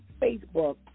Facebook